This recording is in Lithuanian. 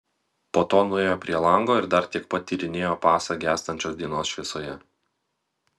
po to nuėjo prie lango ir dar tiek pat tyrinėjo pasą gęstančios dienos šviesoje